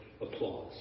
applause